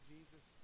Jesus